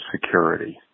security